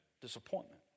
Disappointment